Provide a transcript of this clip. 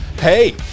hey